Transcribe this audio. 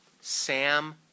Sam